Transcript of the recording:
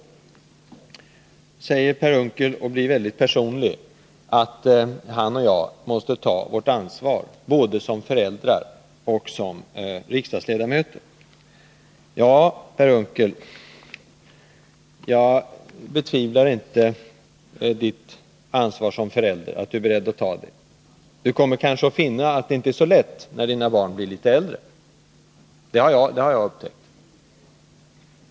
Så säger Per Unckel, och blir mycket personlig, att han och jag måste ta vårt ansvar både som föräldrar och som riksdagsledamöter. Ja, Per Unckel, jag betvivlar inte att du är beredd att ta ditt ansvar som förälder. Men du kommer kanske att finna att det inte är så lätt, när dina barn blir litet äldre. Det har jag upptäckt.